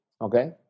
Okay